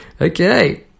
Okay